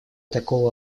такого